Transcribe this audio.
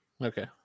Okay